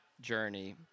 journey